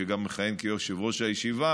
שגם מכהן כיושב-ראש הישיבה,